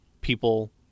people